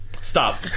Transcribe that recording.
stop